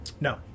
No